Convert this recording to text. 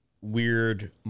weird